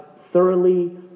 thoroughly